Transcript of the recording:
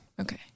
Okay